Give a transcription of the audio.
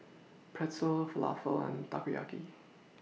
Pretzel Falafel and Takoyaki